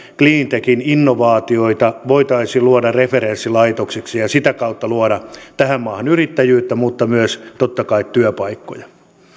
cleantechin innovaatioita voitaisiin luoda referenssilaitoksiksi ja sitä kautta luoda tähän maahan yrittäjyyttä mutta myös totta kai työpaikkoja